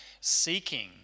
seeking